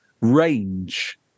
range